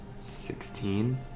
Sixteen